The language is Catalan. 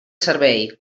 servei